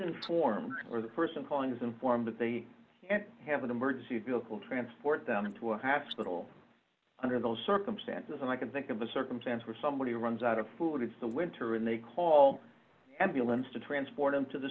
inform or the person calling is informed that they have an emergency vehicle transport them to a hospital under those circumstances and i can think of a circumstance where somebody runs out of food it's the winter when they call ambulance to transport him to the